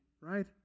right